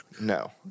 No